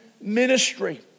ministry